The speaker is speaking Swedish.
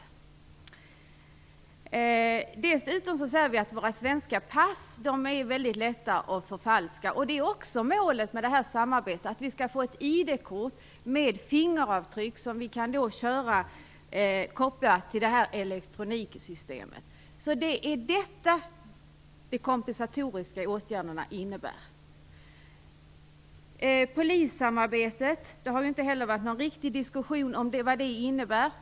Dessutom är våra svenska pass väldigt lätta att förfalska. Det är också målet med detta samarbete, att vi skall få ett ID-kort med fingeravtryck som kan kopplas till detta elektroniksystem. Detta är vad de kompensatoriska åtgärderna innebär. Det har inte heller förts någon riktig diskussion om vad polissamarbetet innebär.